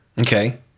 okay